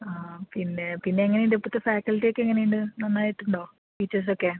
ആ പിന്നെ പിന്നെ എങ്ങനെയുണ്ട് ഇപ്പോഴത്തെ ഫാക്കൽറ്റി ഒക്കെ എങ്ങനെയുണ്ട് നന്നായിട്ടുണ്ടോ ടീച്ചേഴ്സൊക്കെ